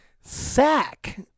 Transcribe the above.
sack